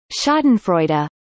schadenfreude